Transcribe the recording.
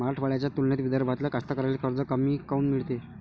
मराठवाड्याच्या तुलनेत विदर्भातल्या कास्तकाराइले कर्ज कमी काऊन मिळते?